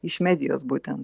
iš medijos būtent